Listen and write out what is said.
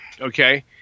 Okay